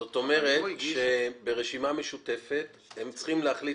זאת אומרת שברשימה משותפת הם צריכים להחליט